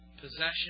possession